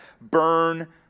burn